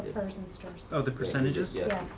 pers and strs. oh, the percentages? yeah.